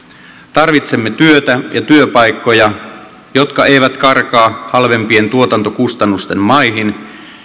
tarvitsemme työtä ja työpaikkoja jotka eivät karkaa halvempien tuotantokustannusten maihin